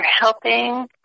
helping